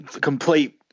complete